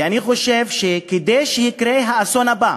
אני חושב שכדי שלא יקרה האסון הבא